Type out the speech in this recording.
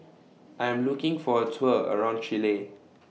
I Am looking For A Tour around Chile